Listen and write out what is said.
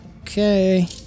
Okay